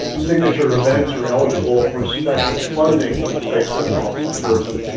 signature events are eligible for special funding from space coast office of tourism,